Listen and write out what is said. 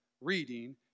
reading